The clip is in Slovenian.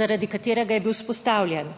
zaradi katerega je bil vzpostavljen,